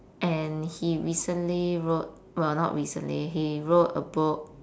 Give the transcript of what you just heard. and he recently wrote well not recently he wrote a book